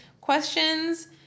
questions